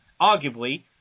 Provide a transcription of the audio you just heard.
arguably